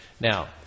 Now